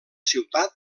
ciutat